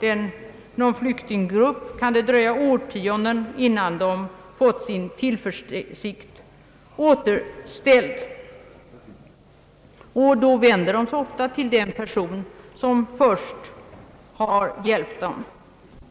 de någon flyktinggrupp kan det dröja årtionden innan de fått sin tillförsikt återställd. Då vänder de sig i ett besvärligt läge gärna till den person som först har hjälpt dem.